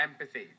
empathy